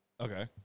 Okay